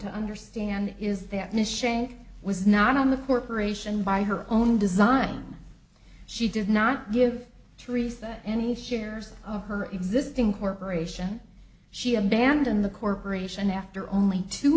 to understand is that miss shayne was not on the corporation by her own design she did not give theresa any shares of her existing corporation she abandoned the corporation after only two